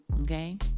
okay